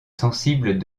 sensibles